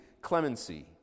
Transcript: Clemency